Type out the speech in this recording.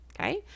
okay